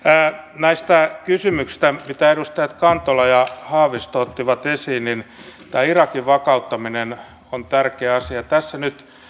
näistä kysymyksistä mitä edustajat kantola ja haavisto ottivat esiin tämä irakin vakauttaminen on tärkeä asia tässä nyt